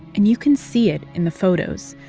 and you can see it in the photos.